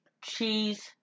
cheese